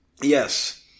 Yes